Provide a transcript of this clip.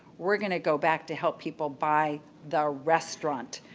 we're going to go back to help people buy the restaurant.